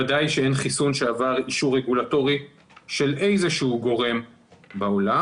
ודאי שאין חיסון שעבר אישור רגולטורי של איזשהו גורם בעולם.